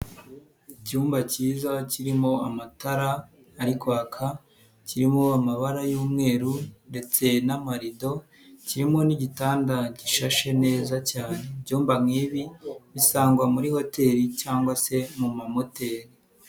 Icyumba cyiza kirimo amatara ari kwaka kirimo amabara y'umweru ndetse n'amarido kirimo n'igitanda gishashe neza cyane, ibyumba nk'ibi bisangwa muri hoteli cyangwa se mu mamoteli.